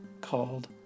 called